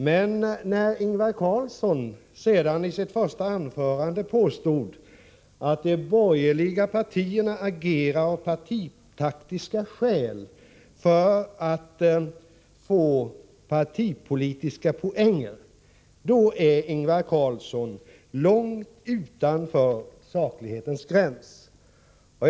Men när Ingvar Carlsson senare i sitt anförande påstod att de borgerliga partierna agerar av partitaktiska skäl för att få politiska poänger är Ingvar Carlsson långt utanför saklighetens gränser.